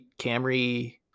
Camry